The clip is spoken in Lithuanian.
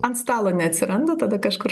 ant stalo neatsiranda tada kažkur